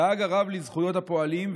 דאג הרב לזכויות הפועלים,